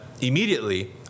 immediately